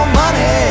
money